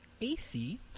AC